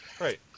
right